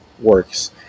works